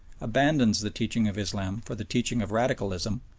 abandons the teaching of islam for the teaching of radicalism,